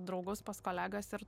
draugus pas kolegas ir